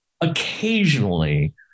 occasionally